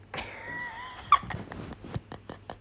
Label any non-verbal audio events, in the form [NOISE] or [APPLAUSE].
[LAUGHS]